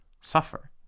suffer